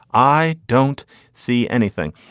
i don't see anything.